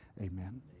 amen